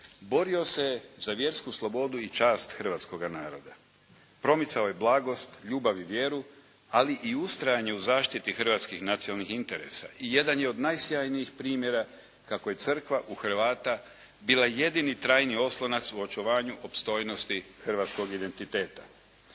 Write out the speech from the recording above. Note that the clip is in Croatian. borio se za vjersku slobodu i čast hrvatskoga naroda. Promicao je blagost, ljubav i vjeru, ali i ustrajanje u zaštiti hrvatskih nacionalnih interesa i jedan je od najsjajnijih primjera kako je crkva u Hrvata bila jedini trajni oslonac u očuvanju opstojnosti hrvatskog identiteta.